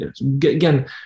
Again